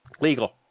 legal